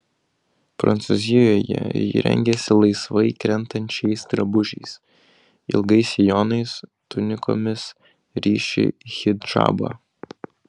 prancūzijoje ji rengiasi laisvai krentančiais drabužiais ilgais sijonais tunikomis ryši hidžabą